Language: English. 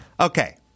Okay